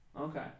Okay